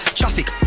traffic